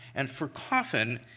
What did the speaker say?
and for coffin,